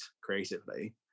creatively